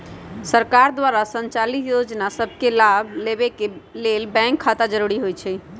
सरकार द्वारा संचालित जोजना सभके लाभ लेबेके के लेल बैंक खता जरूरी होइ छइ